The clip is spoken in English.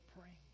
praying